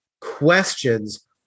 questions